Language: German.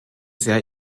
sehr